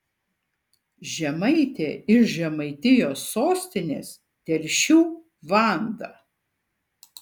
žemaitė iš žemaitijos sostinės telšių vanda